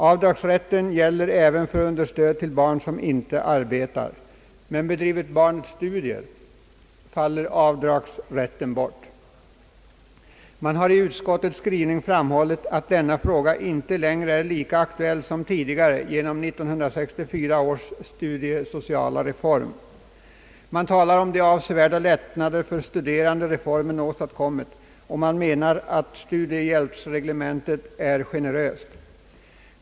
Avdragsrätten gäller även för understöd till barn som inte arbetar. Men bedriver barnet studier, upphör avdragsrätten. Utskottet har i sin skrivning framhållit, att denna fråga inte längre är lika aktuell som tidigare på grund av 1964 års studiesociala reform. Utskottet talar om de avsevärda lättnader för de studerande som reformen åstadkommit och menar, att studiehjälpsreglementet är generöst.